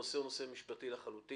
הנושא הוא נושא משפטי לחלוטין.